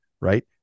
right